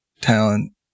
Talent